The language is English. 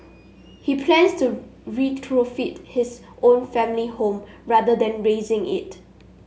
he plans to retrofit his own family home rather than razing it